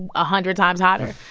a hundred times hotter.